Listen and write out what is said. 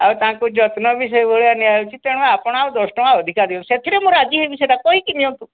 ଆଉ ତାଙ୍କୁ ଯତ୍ନ ବି ସେହିଭଳିଆ ନିଆ ହେଉଛି ତେଣୁ ଆପଣ ଆଉ ଦଶ ଟଙ୍କା ଅଧିକା ଦିଅନ୍ତୁ ସେଥିରେ ମୁଁ ରାଜି ହେବି ସେଇଟା କହିକି ନିଅନ୍ତୁ